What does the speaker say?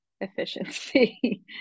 efficiency